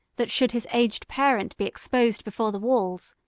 that should his aged parent be exposed before the walls,